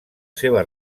seva